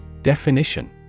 Definition